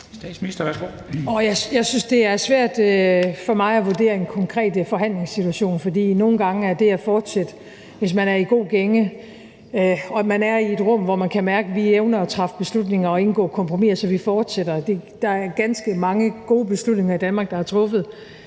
Jeg synes, det er svært for mig at vurdere en konkret forhandlingssituation, for nogle gange kan man, hvis man er i god gænge og er i et rum, hvor man kan mærke, at der evnes at træffe beslutninger og indgå kompromiser, beslutte at fortsætte. Der er ganske mange gode beslutninger i Danmark, der er truffet